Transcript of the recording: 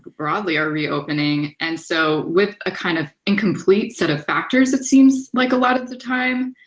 broadly, are reopening. and so with a kind of incomplete set of factors, it seems like a lot of the time,